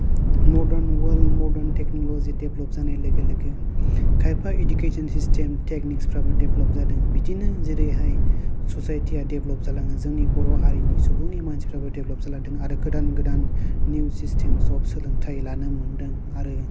मदार्न world modern technology develop जानाय लोगो लोगो खायफा इदुकेसन सिस्टेम टेक्निक्सफ्राबो देभ्लप जादों बिदिनो जेरैहाय ससायटिया देभ्लप जालाङो जोंनि बर' हारिनि सुबुंनि मानसिफ्राबो देभ्लप जालांदों आरो गोदान गोदान निउ सिस्टेम्स अफ सोलोंथाय लानो मोनदों आरो